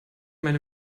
meine